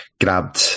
grabbed